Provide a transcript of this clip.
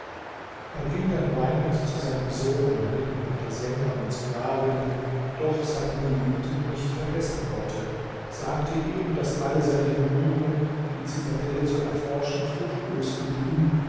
er ging dann weinend zu seinem sohn der mitten unter sängern und sklavinnen doch seine geliebte nicht vergessen konnte sagte ihm daß alle seine bemühungen die zitadelle zu erforschen fruchtlos geblieben